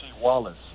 Wallace